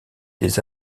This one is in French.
des